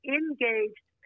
engaged